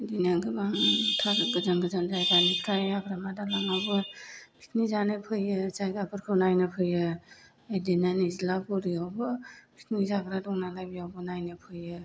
बिदिनो गोबांथार गोजान गोजान जायगानिफ्राय हाग्रामा दालाङावबो पिकनिक जानो फैयो जायगाफोरखौ नायनो फैयो बिदिनो निज्लागुरियावबो पिकनिक जाग्रा दङ नालाय बेयावबो नायनो फैयो